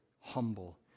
humble